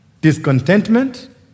discontentment